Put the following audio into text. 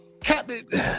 Captain